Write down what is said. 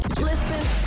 Listen